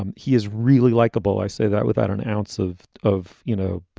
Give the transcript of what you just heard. um he is really likeable. i say that without an ounce of of, you know,